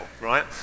right